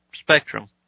spectrum